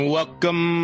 Welcome